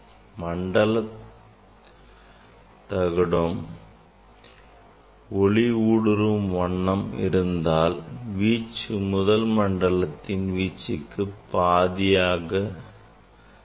மொத்த மண்டலமும் ஒளி ஊடுருவும் வண்ணம் இருந்தால் வீச்சு முதல் மண்டலத்தின் வீச்சின் பாதிக்கு சமம்